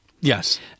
Yes